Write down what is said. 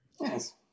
Yes